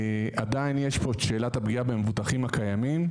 עדיין יש פה את שאלת הפגיעה במבוטחים הקיימים,